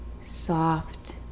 soft